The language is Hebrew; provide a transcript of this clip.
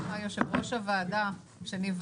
הישיבה ננעלה בשעה 11:43.